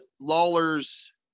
Lawler's